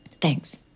Thanks